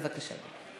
בבקשה.